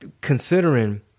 considering